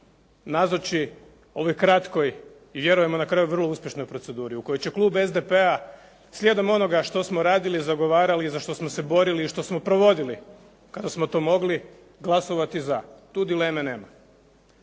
nazoči ovoj kratkoj i vjerujemo na kraju vrlo uspješnoj proceduri u kojoj će klub SDP-a slijedom onoga što smo radili, zagovarali i za što smo se borili i što smo provodili kada smo to mogli glasovati za. Tu dileme nema.